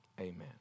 amen